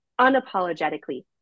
unapologetically